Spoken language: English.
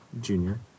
junior